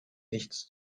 nichts